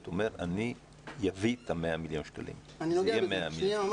אומר: אני אביא את 100 מיליון השקלים זה לא